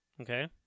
Okay